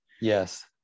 Yes